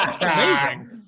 Amazing